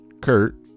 Kurt